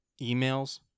emails